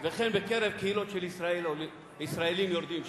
וכן בקרב קהילות של ישראלים יורדים שם.